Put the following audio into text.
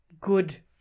good